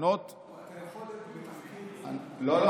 המסקנות --- אתה יכול בתחקיר --- רגע,